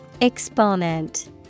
Exponent